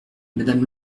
madame